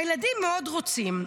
הילדים מאוד רוצים.